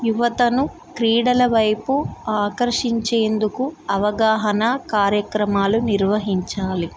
యువతను క్రీడల వైపు ఆకర్షించేందుకు అవగాహన కార్యక్రమాలు నిర్వహించాలి